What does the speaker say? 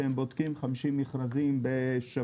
הוא שהם בודקים 50 מכרזים בשבוע.